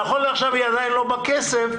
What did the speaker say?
צריך להצביע על דין הרציפות וזה תלוי בהרכב הכנסת.